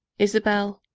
isabel,